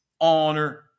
honor